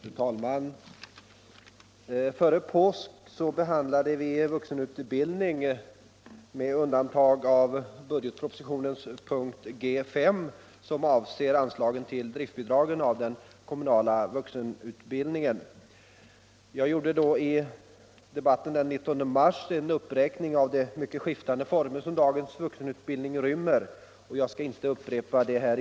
Fru talman! Före påsk behandlade vi vuxenutbildningen med undantag av punkten G 5 i budgetpropositionens bilaga 10, avseende driftbidragen till den kommunala vuxenutbildningen. Jag gjorde i debatten då, den 19 mars, en uppräkning av de mycket skiftande former som dagens vuxenutbildning rymmer, och jag skall inte upprepa det i dag.